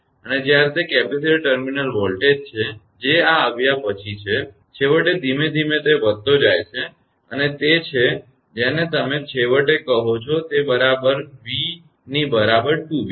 અને જ્યારે તે કેપેસિટર ટર્મિનલ વોલ્ટેજ છે જે આ આવ્યા પછી છે છેવટે ધીમે ધીમે તે વધતો જાય છે અને તે છે જેને તમે છેવટે કહો છો તે બરાબર છે v ની બરાબર 2𝑣𝑓 છે